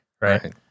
right